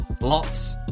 Lots